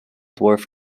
dwarf